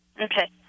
Okay